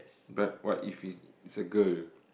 but what if it's a girl